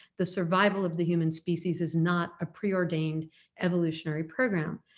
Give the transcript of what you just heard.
the survival of the human species is not a preordained evolutionary program.